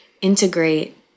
integrate